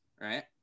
right